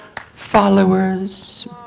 followers